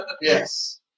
Yes